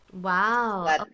Wow